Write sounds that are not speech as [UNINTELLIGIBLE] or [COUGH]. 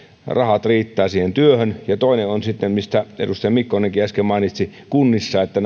rahat riittävät siihen työhön ja toinen on sitten se mistä edustaja mikkonenkin äsken mainitsi että [UNINTELLIGIBLE]